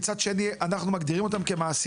אבל מצד שני אנחנו מגדירים אותם כמעסיקים.